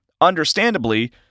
understandably